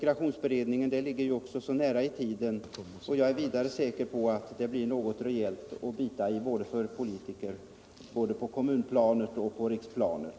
Utredningens betänkande ligger också nära i tiden, och jag är säker på att det blir något rejält att bita i för politiker både på kommunoch på riksplanet.